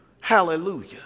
hallelujah